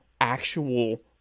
actual